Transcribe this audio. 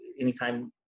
anytime